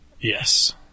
Yes